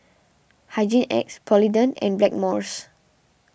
Hygin X Polident and Blackmores